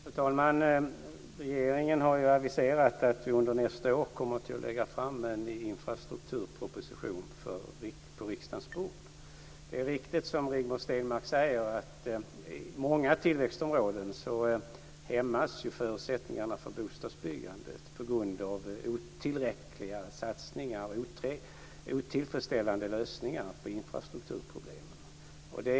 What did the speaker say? Fru talman! Regeringen har aviserat att den under nästa år kommer att lägga en infrastrukturproposition på riksdagens bord. Det är riktigt, som Rigmor Stenmark säger, att förutsättningarna för bostadsbyggande i många tillväxtområden hämmas av otillräckliga satsningar och otillfredsställande lösningar på infrastrukturproblemen.